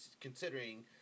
considering